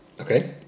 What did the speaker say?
Okay